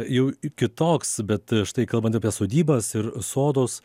jau kitoks bet štai kalbant apie sodybas ir sodus